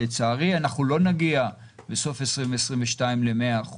לצערי אנחנו לא נגיע בסוף 2022 ל-100%.